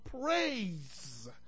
praise